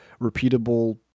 repeatable